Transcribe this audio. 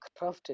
crafted